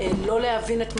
לא להבין את מצבן,